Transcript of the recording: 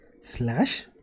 slash